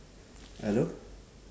hello